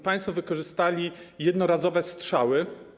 Państwo wykorzystali jednorazowe strzały.